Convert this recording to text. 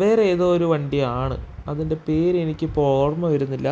വേറെ ഏതോ ഒരു വണ്ടി ആണ് അതിൻ്റെ പേരെനിക്കിപ്പോൾ ഓർമ്മ വരുന്നില്ല